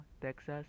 Texas